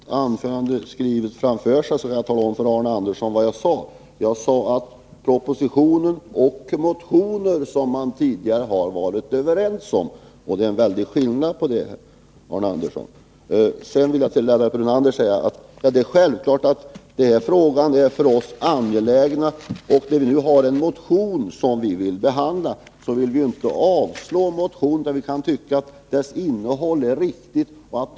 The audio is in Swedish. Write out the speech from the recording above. Herr talman! Jag har mitt skrivna anförande framför mig, så jag kan tala om för Arne Andersson i Ljung vad jag sade. Jag talade om ”propositionen och motioner som man tidigare har varit överens om”. Det är en väldig skillnad, Arne Andersson. Till Lennart Brunander vill jag säga att dessa frågor självklart är angelägna för oss. När vi nu har en motion, vars innehåll vi finner angeläget, vill vi givetvis inte avstyrka den.